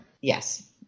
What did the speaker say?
Yes